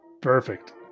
Perfect